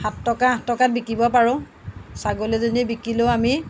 সাত টকা আঠ টকাত বিকিব পাৰোঁ ছাগলী এজনী বিকিলেও আমি